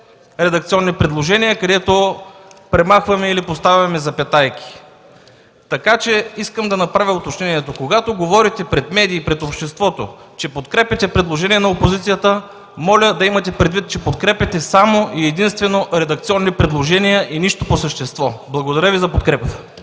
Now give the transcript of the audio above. редакционни предложения, където премахваме или поставяме запетайки, така че искам да направя уточнението, че когато говорите пред медиите и пред обществото, че подкрепяте предложения на опозицията, моля да имате предвид, че подкрепяте само и единствено редакционни предложения и нищо по същество. Благодаря Ви за подкрепата!